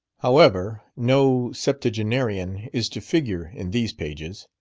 however, no septuagenarian is to figure in these pages.